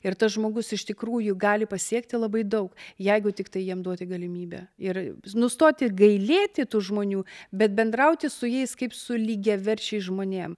ir tas žmogus iš tikrųjų gali pasiekti labai daug jeigu tiktai jam duoti galimybę ir nustoti gailėti tų žmonių bet bendrauti su jais kaip su lygiaverčiais žmonėm